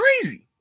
crazy